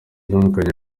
atandukanye